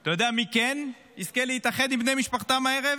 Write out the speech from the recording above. אתה יודע מי כן יזכו לראות את בני משפחתם הערב?